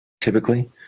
typically